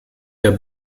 der